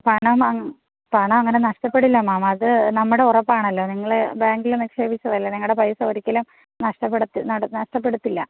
പണം അങ്ങ് പണം അങ്ങനെ നഷ്ടപ്പെടില്ല മാം അത് നമ്മുടെ ഉറപ്പാണല്ലോ നിങ്ങളെ ബാങ്കിലെ നിക്ഷേപിച്ചതല്ലേ നിങ്ങളുടെ പൈസ ഒരിക്കലും നഷ്ടപ്പെടുത്തി നടത്തി നഷ്ടപ്പെടുത്തില്ല